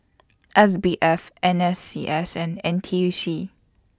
S B F N S C S and N T U C